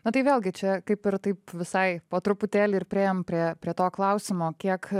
na tai vėlgi čia kaip ir taip visai po truputėlį ir priėjom prie prie to klausimo kiek